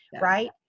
right